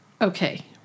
Okay